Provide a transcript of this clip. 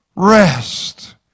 Rest